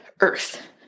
earth